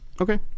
Okay